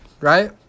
right